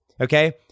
Okay